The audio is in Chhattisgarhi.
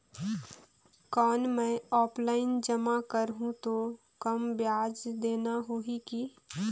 कौन मैं ऑफलाइन जमा करहूं तो कम ब्याज देना होही की?